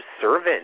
servant